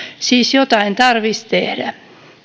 siis jotain tarvitsisi tehdä